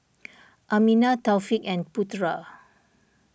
Aminah Taufik and Putera